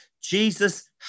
Jesus